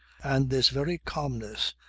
and this very calmness,